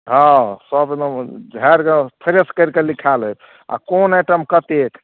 हाँ सब ओइमे फिनिश करिकऽ लिखाय लेब आओर कोन आइटम कतेक